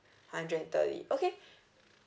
hundred and thirty okay